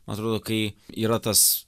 man atrodo kai yra tas